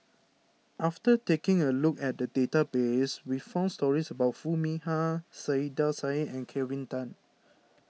after taking a look at the database we found stories about Foo Mee Har Saiedah Said and Kelvin Tan